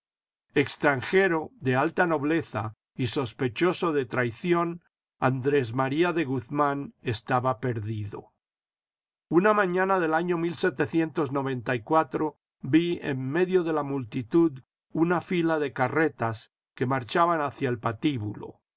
extranjero de alta nobleza y sospechoso de traición andrés maría de guzmán estaba perdido una mañana del año vi en medio de la multud una fila de carretas que marchaban hacia el patíbulo